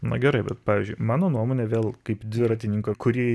na gerai bet pavyzdžiui mano nuomone vėl kaip dviratininko kurį